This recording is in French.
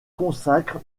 consacre